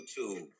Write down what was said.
YouTube